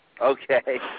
Okay